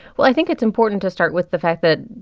well, i think it's important to start with the fact that,